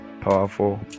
Powerful